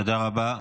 תודה רבה.